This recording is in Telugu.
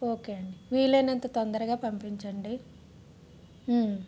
ఓకే అండి వీలైనంత తొందరగా పంపించండి